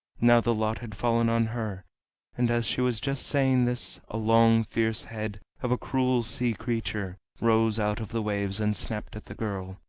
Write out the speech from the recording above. now the lot had fallen on her and as she was just saying this a long fierce head of a cruel sea creature rose out of the waves and snapped at the girl.